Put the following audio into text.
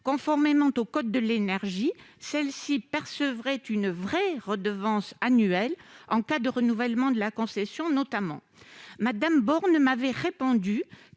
conformément au code de l'énergie, celles-ci percevraient une redevance annuelle en cas de renouvellement de la concession notamment. Mme Borne m'avait répondu